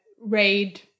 raid